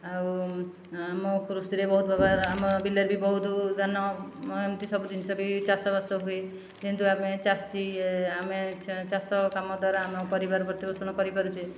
ଆଉ ଆମ କୃଷିରେ ବହୁତ ପ୍ରକାର ଆମ ବିଲରେ ବି ବହୁତ ଧାନ ଏମିତି ସବୁ ଜିନିଷ ବି ଚାଷ ବାସ ହୁଏ କିନ୍ତୁ ଆମେ ଚାଷୀ ଆମେ ଚାଷ କାମ ଦ୍ଵାରା ଆମ ପରିବାର ପ୍ରତିପୋଷଣ କରି ପାରୁଛେ